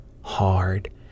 hard